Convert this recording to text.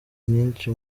nyinshi